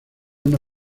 una